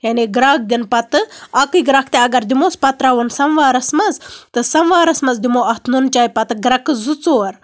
یعنی گرٮ۪کھ دِنہٕ پَتہٕ اَکٕے گرٮ۪کھ تہِ اَگر دِموس پَتہٕ تراووٚن سَموارَس منٛز تہٕ سَموارَس منٛز دِموو اَتھ نُن چایہِ پَتہٕ گرٮ۪کہٕ زٕ ژور